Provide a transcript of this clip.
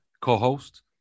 co-host